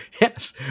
Yes